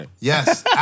Yes